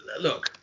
Look